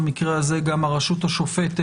הדבר גם מחייב עמידה על הדין והבטחה שתהיה מערכת